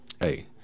Hey